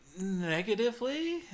Negatively